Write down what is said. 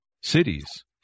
cities